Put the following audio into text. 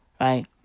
right